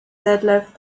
detlef